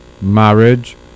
marriage